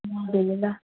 Jay Jhulelal